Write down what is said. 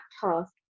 task